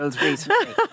recently